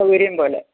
സൗകര്യം പോലെ